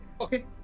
Okay